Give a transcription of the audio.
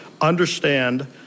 understand